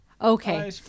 Okay